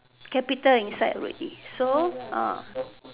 capital inside already so